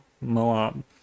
moab